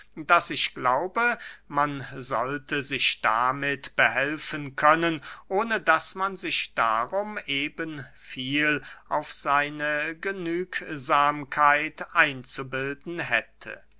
daß ich glaube man sollte sich damit behelfen können ohne daß man sich darum eben viel auf seine genügsamkeit einzubilden hätte